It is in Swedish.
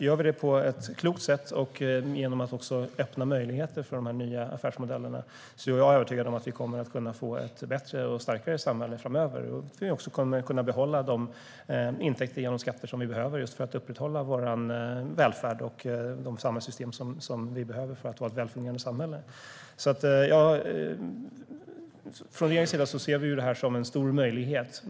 Gör vi detta på ett klokt sätt genom att också öppna möjligheter för dessa nya affärsmodeller är jag övertygad om att vi kommer att kunna få ett bättre och starkare samhälle framöver och att vi också kommer att kunna behålla de intäkter som vi får genom skatter som vi behöver just för att upprätthålla vår välfärd och de samhällssystem som vi behöver för att vara ett välfungerande samhälle. Från regeringens sida ser vi detta som en stor möjlighet.